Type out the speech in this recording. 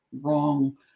wrong